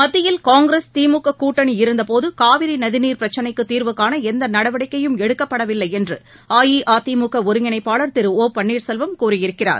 மத்தியில் காங்கிரஸ் திமுக கூட்டணி இருந்தபோது காவிரி நதிநீர் பிரச்சினைக்கு தீர்வுகாண எந்த நடவடிக்கையும் எடுக்கப்படவில்லை என்று அஇஅதிமுக ஒருங்கிணைப்பாளர் திரு ஓ பன்னீர்செல்வம் கூறியிருக்கிறார்